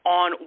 on